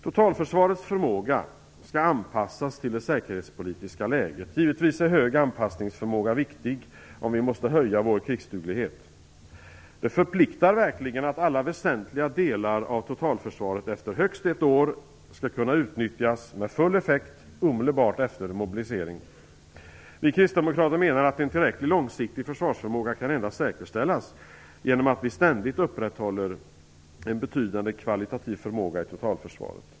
Totalförsvarets förmåga skall anpassas till det säkerhetspolitiska läget. Givetvis är hög anpassningsförmåga viktig om vi måste höja vår krigsduglighet. Det förpliktar verkligen att alla väsentliga delar av totalförsvaret efter högst ett år skall kunna utnyttjas med full effekt omedelbart efter en mobilisering. Vi kristdemokrater menar att en tillräckligt långsiktig försvarsförmåga endast kan säkerställas genom att vi ständigt upprätthåller en betydande kvalitativ förmåga i totalförsvaret.